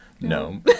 No